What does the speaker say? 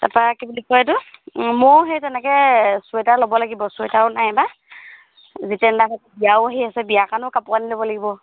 তাৰপৰা কি বুলি কয় এইটো মইও সেই তেনেকৈ চুৱেটাৰ ল'ব লাগিব চুৱেটাৰো নাই এইবা জীতেনদা বিয়াও আহি আছে বিয়া কাৰণেও কাপোৰ আনি ল'ব লাগিব